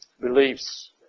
Beliefs